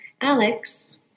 Alex